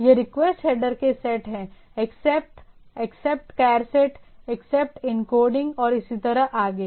ये request header के set हैं accept accept charset accept encoding और इसी तरह आगे